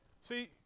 See